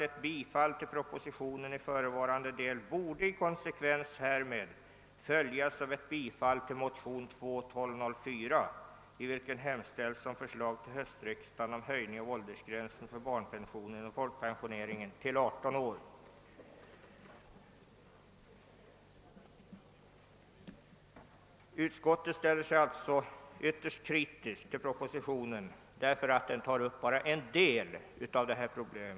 Ett bifall till propositionen i förevarande del borde i konsekvens härmed följas av ett bifall till motionen II: 1204, i vilken hemställs om förslag till höstriksdagen om en höjning av åldersgränsen för barnpension inom folkpensioneringen till 18 år.» Utskottet ställer sig alltså ytterst kritiskt till propositionen, eftersom denna tar upp bara en del av detta problem.